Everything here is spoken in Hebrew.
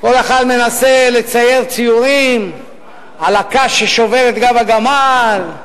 כל אחד מנסה לצייר ציורים על הקש ששובר את גב הגמל,